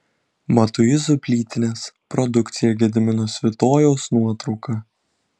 matuizų plytinės produkcija gedimino svitojaus nuotrauka